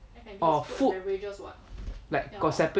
orh food got like separate